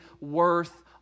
worth